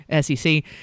SEC